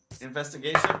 Investigation